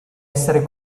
essere